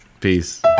peace